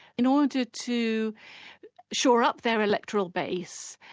in order to to shore up their electoral base,